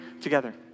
together